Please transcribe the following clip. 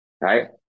right